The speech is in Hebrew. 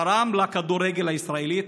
תרם לכדורגל הישראלי,